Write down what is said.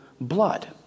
blood